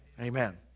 Amen